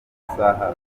amasaha